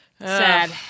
sad